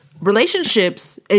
Relationships